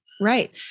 Right